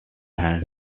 had